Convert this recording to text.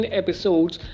episodes